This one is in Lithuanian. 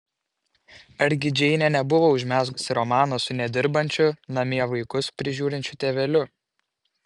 argi džeinė nebuvo užmezgusi romano su nedirbančiu namie vaikus prižiūrinčiu tėveliu